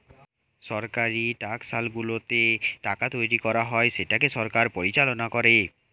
সরকারি টাকশালগুলোতে টাকা তৈরী করা হয় যেটাকে সরকার পরিচালনা করে